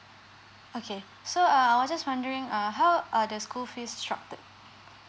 okay so uh I was just wondering uh how are the school fees structured